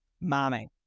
mommy